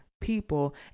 people